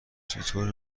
چطور